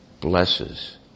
blesses